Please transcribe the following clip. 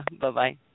Bye-bye